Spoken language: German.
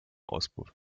auspuff